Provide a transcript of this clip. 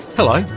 hello,